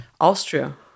Austria